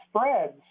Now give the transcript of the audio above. spreads